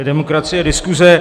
Demokracie, diskuse.